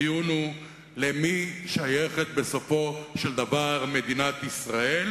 הדיון הוא למי שייכת בסופו של דבר מדינת ישראל,